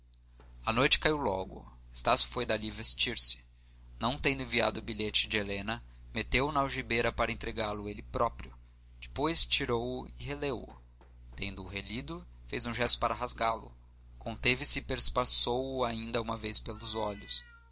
a noite caiu logo estácio foi dali vestir-se não tendo enviado o bilhete de helena meteu-o na algibeira para entregá-lo ele próprio depois tirou-o e releu o tendo o relido fez um gesto para rasgá lo conteve-se e perpassou o ainda uma vez pelos olhos